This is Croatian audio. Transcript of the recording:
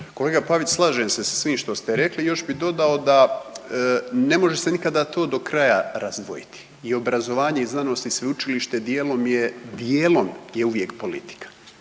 Kolega Pavić, slažem se sa svim što ste rekli. Još bih dodao da ne može se nikada to do kraja razdvojiti i obrazovanje i znanost i sveučilište dijelom je uvijek politika